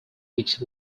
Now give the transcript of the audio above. which